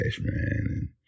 man